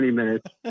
minutes